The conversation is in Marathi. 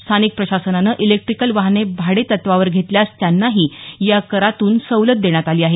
स्थानिक प्रशासनानं इलेक्ट्रीकल वाहने भाडे तत्वावर घेतल्यास त्यांनाही या करातून सवलत देण्यात आली आहे